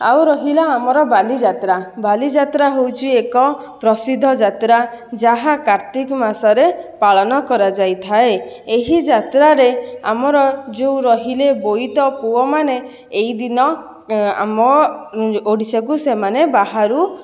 ଆଉ ରହିଲା ଆମର ବାଲିଯାତ୍ରା ବାଲିଯାତ୍ରା ହେଉଛି ଏକ ପ୍ରସିଦ୍ଧ ଯାତ୍ରା ଯାହା କାର୍ତ୍ତିକ ମାସରେ ପାଳନ କରାଯାଇଥାଏ ଏହି ଯାତ୍ରାରେ ଆମର ଯେଉଁ ରହିଲେ ବୋଇତ ପୁଅମାନେ ଏହି ଦିନ ଆମ ଓଡ଼ିଶାକୁ ସେମାନେ ବାହାରୁ